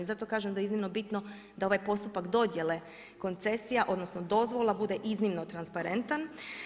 Zato kažem da je iznimno bitno da ovaj postupak dodjele koncesija, odnosno dozvola bude iznimno transparentan.